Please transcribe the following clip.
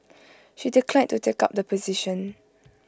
she declined to take up the position